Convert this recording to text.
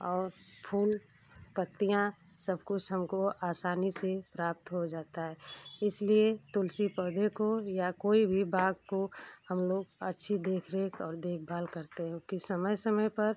और फूल पत्तियाँ सब कुछ हमको आसानी से प्राप्त हो जाता है इसलिए तुलसी पौधे को या कोई भी बाग को हम लोग अच्छी देख रेख और देखभाल करते हो कि समय समय पर